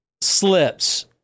slips